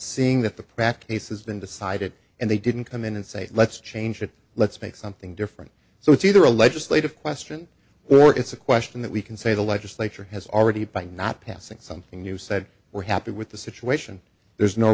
seeing that the practice has been decided and they didn't come in and say let's change it let's make something done so it's either a legislative question or it's a question that we can say the legislature has already by not passing something new said we're happy with the situation there's no